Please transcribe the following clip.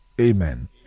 Amen